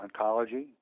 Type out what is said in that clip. oncology